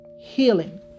healing